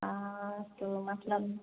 हाँ तो मतलब